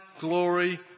glory